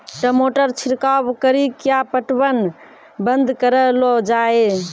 टमाटर छिड़काव कड़ी क्या पटवन बंद करऽ लो जाए?